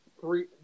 three